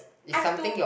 I have to